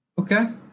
Okay